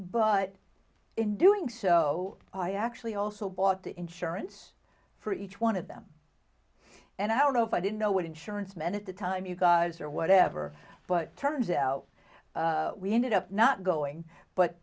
but in doing so i actually also bought the insurance for each one of them and i don't know if i didn't know what insurance man at the time you guys or whatever but turns out we ended up not going but